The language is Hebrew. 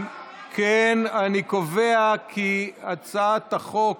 אם כן, אני קובע כי הצעת החוק